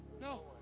No